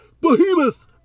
Behemoth